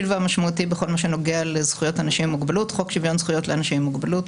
והמשמעותי בכל מה שנוגע לזכויות אנשים עם מוגבלות.